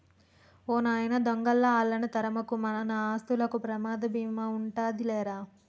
ఓ నాయన దొంగలా ఆళ్ళను తరమకు, మన ఆస్తులకు ప్రమాద భీమా ఉందాది లేరా